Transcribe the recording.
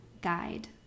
Guide